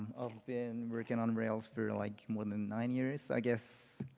been working on rails for like more than nine years, i guess,